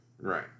Right